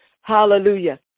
hallelujah